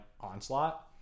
onslaught